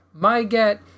MyGet